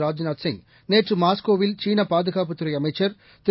ராஜ்நாத் சிங் நேற்று மாஸ்கோவில் சீன பாதுகாப்புத்துறை அமைச்சர் திரு